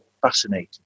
fascinating